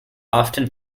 often